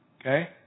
Okay